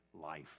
life